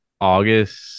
August